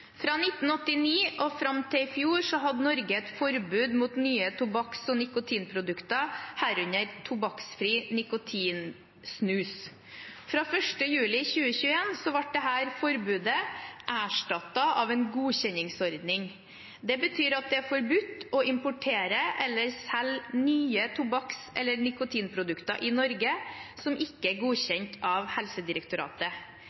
Fra 1989 og fram til i fjor hadde Norge et forbud mot nye tobakks- og nikotinprodukter, herunder tobakksfri nikotinsnus. Fra 1. juli 2021 ble dette forbudet erstattet av en godkjenningsordning. Det betyr at det er forbudt å importere eller selge nye tobakks- eller nikotinprodukter i Norge som ikke er